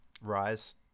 rise